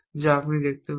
যা আপনি দেখতে পাবেন